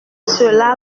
cela